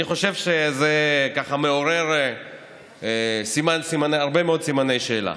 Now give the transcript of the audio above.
אני חושב שזה מעורר הרבה מאוד סימני שאלה.